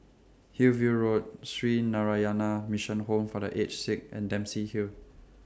Hillview Road Sree Narayana Mission Home For The Aged Sick and Dempsey Hill